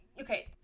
okay